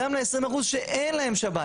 גם ל-20% שאין להם שב"ן.